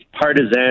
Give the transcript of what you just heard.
partisan